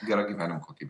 gera gyvenimo kokybe